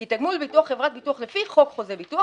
כי תגמול ביטוח לפי חוק חוזה ביטוח